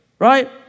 right